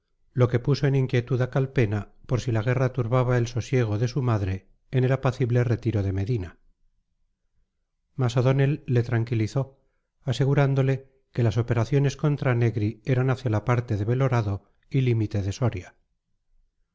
lo que puso en inquietud a calpena por si la guerra turbaba el sosiego de su madre en el apacible retiro de medina mas o'donnell le tranquilizó asegurándole que las operaciones contra negri eran hacia la parte de belorado y límite de soria